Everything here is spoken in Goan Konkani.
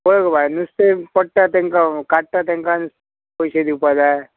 पळय गो बाय नुस्तें पडटा तांकां काडटा तांकां पयशे दिवपा जाय